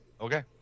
Okay